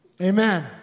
Amen